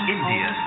India